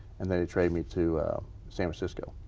and then they traded me to san francisco.